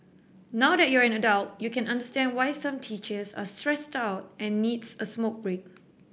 now that you're an adult you can understand why some teachers are stressed out and needs a smoke break